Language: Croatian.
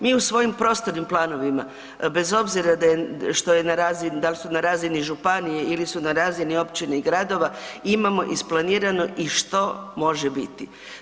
Mi u svojim prostornim planovima, bez obzira da li su na razini županije ili su na razini općine i gradova imamo isplanirano i što može biti.